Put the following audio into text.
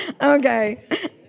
Okay